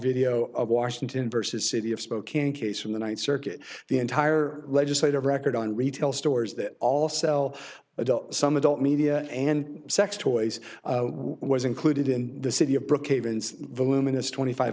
video of washington vs city of spokane case from the ninth circuit the entire legislative record on retail stores that all sell adult some adult media and sex toys was included in the city of brookhaven voluminous twenty five